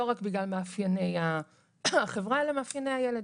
לא רק בגלל מאפייני החברה, אלא מאפייני הילד.